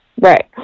Right